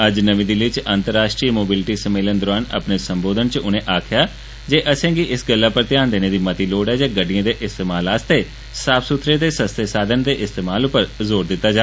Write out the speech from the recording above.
अज्ज नमीं दिल्ली च अंतर्राष्ट्रीय मोबिलटि सम्मेलन दोरान अपने संबोघन च उनें आक्खेआ जे असेंगी इस गल्लै उप्पर ध्यान देने दी लोड़ ऐ जे गड्डियें दे इस्तेमाल आस्तै साफ सुथरे ते सस्ते साधन दे इस्तेमाल उप्पर गोर कीता जा